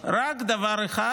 רק לדבר אחד